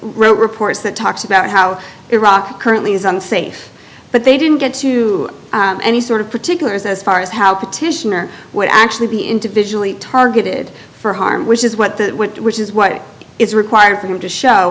wrote reports that talks about how iraq currently is unsafe but they didn't get to any sort of particulars as far as how petitioner would actually be individually targeted for harm which is what that went which is what is required for him to show